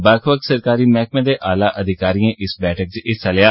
बक्ख बक्ख सरकारी मैहकमें दे आला अधिकारिएं इस बैठक हिस्सा लेया